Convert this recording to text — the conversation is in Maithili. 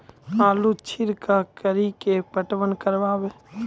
आलू छिरका कड़ी के पटवन करवा?